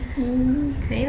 可以啦